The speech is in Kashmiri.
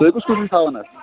تُہۍ کُس کُس چھُ تھاوَان اَتھ